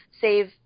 save